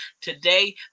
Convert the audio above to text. today